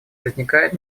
возникает